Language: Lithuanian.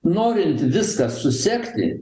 norint viską susekti